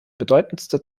bedeutendste